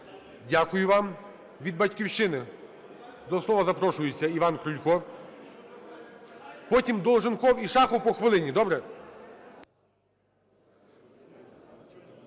Дякую вам. Від "Батьківщини" до слова запрошується Іван Крулько, потім Долженков і Шахов по хвилині. Добре?